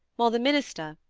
while the minister,